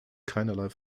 keinerlei